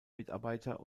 mitarbeiter